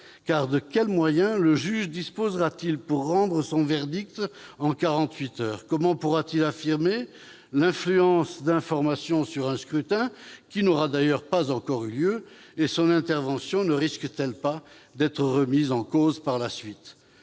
De quels moyens le juge disposera-t-il pour rendre son verdict en quarante-huit heures ? Comment pourra-t-il affirmer l'influence d'informations sur un scrutin qui n'aura pas encore eu lieu, et son intervention ne risque-t-elle pas d'être remise en cause par la suite ?